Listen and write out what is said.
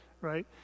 right